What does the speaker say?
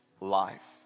life